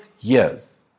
years